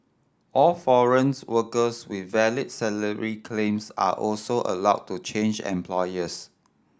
all foreign workers with valid salary claims are also allowed to change employers